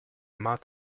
mud